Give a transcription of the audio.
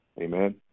Amen